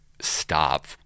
stop